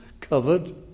covered